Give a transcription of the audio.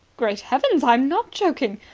great heavens, i'm not joking.